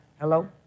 Hello